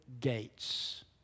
gates